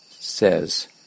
Says